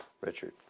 Richard